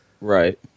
right